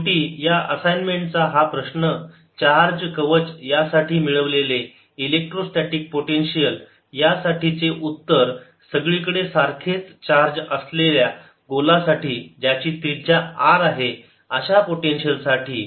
शेवटी या असाइन्मेंट चा हा शेवटचा प्रश्न चार्ज कवच यासाठी मिळवलेले इलेक्ट्रोस्टॅटीक पोटेन्शियल यासाठी चे उत्तर सगळीकडे सारखेच चार्ज असलेल्या गोलासाठी ज्याची त्रिज्या r आहे अशा पोटेन्शियल साठी